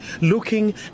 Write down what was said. looking